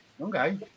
Okay